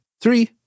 Three